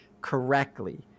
correctly